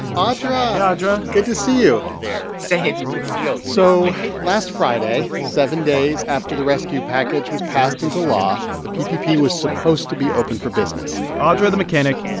audra hey, but audra good to see you same so last friday, seven days after the rescue package was passed into law, the ppp was supposed to be open for business audra, the mechanic,